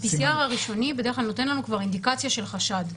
ה-PCR הראשוני בדרך כלל נותן לנו כבר אינדיקציה של חשד.